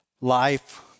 life